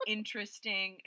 interesting